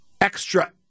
extra-